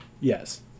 Yes